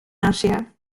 asia